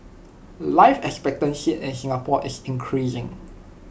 life expectancy in Singapore is increasing